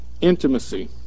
intimacy